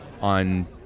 on